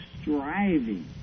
striving